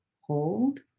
hold